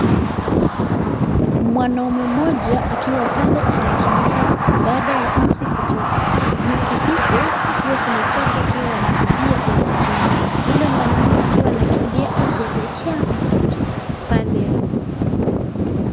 Mwanaume moja akiwa pale anakimbia, baada ya nzi kutoka, nyuki hizo zikiwa zimetoka wakiwa wanakimbia ili, yule mwanaume akiwa anakimbia akielekea msitu pale.